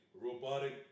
robotic